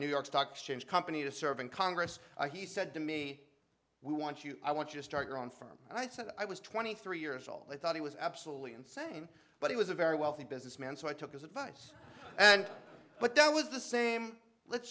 new york stock exchange company to serve in congress he said to me we want you i want you to start your own firm and i said i was twenty three years old i thought he was absolutely insane but he was a very wealthy businessman so i took his advice and but that was the same let's